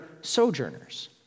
sojourners